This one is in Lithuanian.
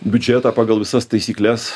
biudžetą pagal visas taisykles